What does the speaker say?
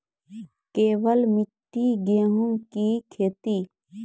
केवल मिट्टी गेहूँ की खेती?